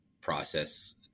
process